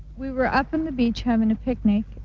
we were up on the beach having a picnic.